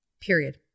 Period